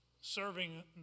serving